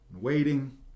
waiting